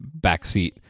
backseat